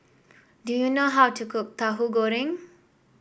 do you know how to cook Tahu Goreng